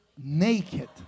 Naked